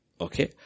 Okay